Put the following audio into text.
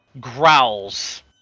growls